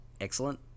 excellent